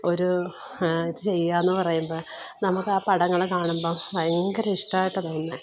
ഒരു ഇത് ചെയ്യാമെന്നു പറയുമ്പോൾ നമുക്ക് ആ പടങ്ങൾ കാണുമ്പോൾ ഭയങ്കര ഇഷ്ടമായിട്ടാണ് തോന്നുന്നത്